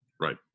Right